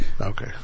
Okay